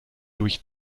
durch